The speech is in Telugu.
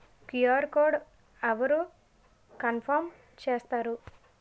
క్యు.ఆర్ కోడ్ అవరు కన్ఫర్మ్ చేస్తారు?